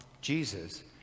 Jesus